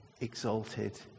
exalted